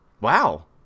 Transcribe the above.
Wow